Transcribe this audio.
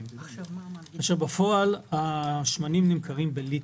כאשר בפועל השמנים נמכרים בליטרים.